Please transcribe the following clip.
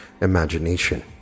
imagination